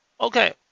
Okay